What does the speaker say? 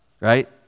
right